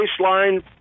baseline